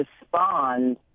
respond